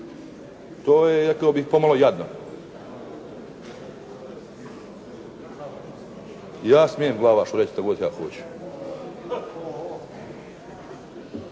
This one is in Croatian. to je rekao bih pomalo jadno. Ja smijem Glavašu reći šta god ja hoću.